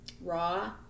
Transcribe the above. raw